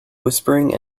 whispering